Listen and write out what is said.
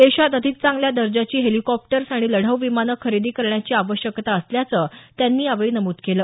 देशात अधिक चांगल्या दर्जाची हेलिकॉप्टर्स आणि लढाऊ विमानं खरेदी करण्याची आवश्यकता असल्याचं त्यांनी यावेळी नमूद केलं